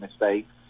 mistakes